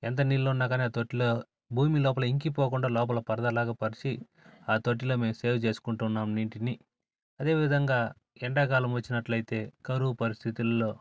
ఎంత నీళ్లున్నా కాని ఆ తొట్టిలో భూమిలోపల ఇంకోపోకుండా లోపల పరదాలాగ పరిచి ఆ తొట్టిలో మేము సేవ్ చేసుకుంటూ ఉన్నాం నీటిని అదే విధంగా ఎండాకాలం వచ్చినట్లైతే కరువు పరిస్థితుల్లో